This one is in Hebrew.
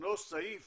ישנו סעיף